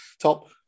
top